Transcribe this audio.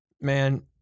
Man